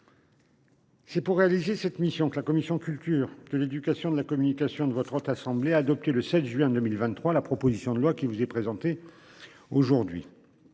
C'est pour réaliser cette mission que la commission culture, de l'éducation, de la communication de votre haute assemblée a adopté le 7 juin 2023. La proposition de loi qui vous est présenté aujourd'hui.